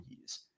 years